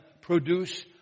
produce